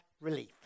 relief